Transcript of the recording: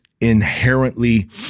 inherently